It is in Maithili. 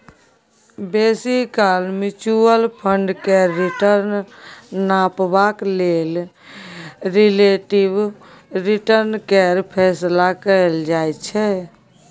बेसी काल म्युचुअल फंड केर रिटर्न नापबाक लेल रिलेटिब रिटर्न केर फैसला कएल जाइ छै